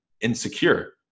insecure